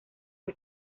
que